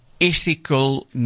ethical